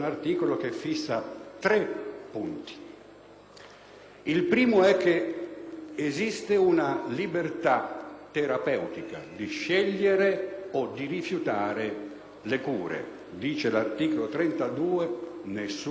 esiste una libertà terapeutica di scegliere o di rifiutare le cure. Recita l'articolo 32: «Nessuno può essere obbligato ad un determinato trattamento sanitario».